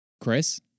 Chris